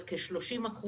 כ-30%,